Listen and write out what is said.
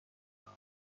خورم